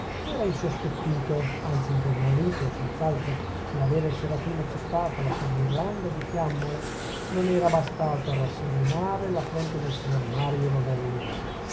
si era insospettito anzi impermalito senz'altro e l'avere il serafino accettata la sua ghirlanda di fiammole non era bastato a rasserenare la fronte del signor mario novelli